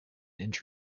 inch